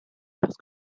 parce